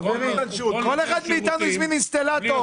הזמנת אינסטלטור לתקן